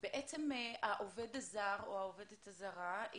בעצם העובד הזר, או העובדת הזרה,